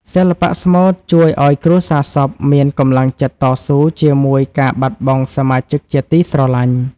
សិល្បៈស្មូតជួយឱ្យគ្រួសារសពមានកម្លាំងចិត្តតស៊ូជាមួយការបាត់បង់សមាជិកជាទីស្រឡាញ់។